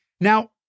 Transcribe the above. Now